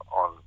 on